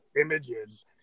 images